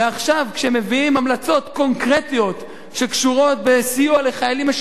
כשמביאים המלצות קונקרטיות שקשורות בסיוע לחיילים משוחררים,